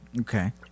Okay